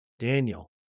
Daniel